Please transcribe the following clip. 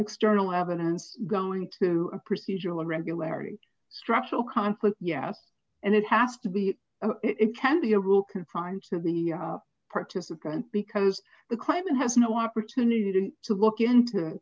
external evidence going to a procedural irregularity structural conflict yes and it has to be it can be a rule confined to the participant because the climate has no opportunity to to look